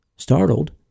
Startled